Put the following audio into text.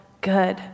good